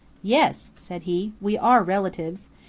yes, said he, we are relatives.